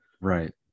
Right